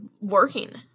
working